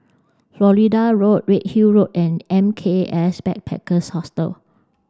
Florida Road Redhill Road and M K S Backpackers Hostel